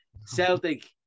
Celtic